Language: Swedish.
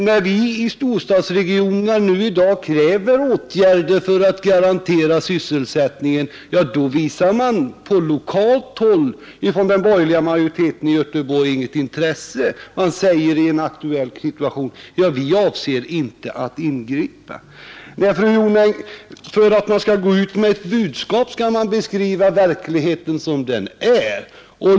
När vi i storstadsregionerna i dag kräver åtgärder för att garantera sysselsättningen, då visar man på lokalt håll, t.ex. från den borgerliga majoriteten i Göteborg, inget intresse. Man säger i en aktuell situation, att man inte avser att ingripa. Fru Jonäng, om man skall gå ut med ett budskap skall man beskriva verkligheten som den är.